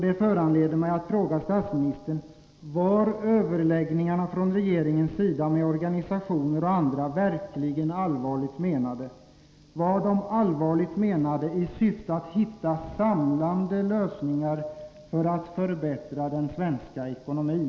Det föranleder mig att fråga statsministern: Var regeringens överläggningar med organisationer och andra verkligen allvarligt menade? Var de allvarligt menade i fråga om syftet att finna samlade lösningar för att förbättra den svenska ekonomin?